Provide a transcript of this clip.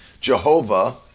Jehovah